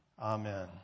Amen